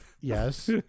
Yes